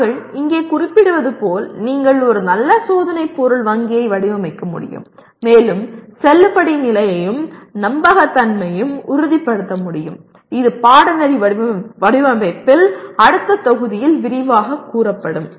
நாங்கள் இங்கே குறிப்பிடுவது போல் நீங்கள் ஒரு நல்ல சோதனை பொருள் வங்கியை வடிவமைக்க முடியும் மேலும் செல்லுபடிநிலையையும் நம்பகத்தன்மையையும் உறுதிப்படுத்த முடியும் இது பாடநெறி வடிவமைப்பில் அடுத்த தொகுதியில் விரிவாகக் கூறப்படும்